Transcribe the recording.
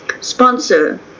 sponsor